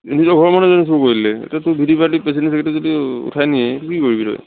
নিজৰ ঘৰৰ মানুহ যদি চুৰ কৰি দিলে এতিয়া তোৰ V D P party president secretary যদি ওঠাই নিয়ে তেতিয়া কি কৰিব তই